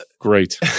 great